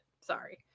Sorry